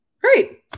Great